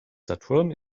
saturn